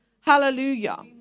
Hallelujah